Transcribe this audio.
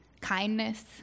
kindness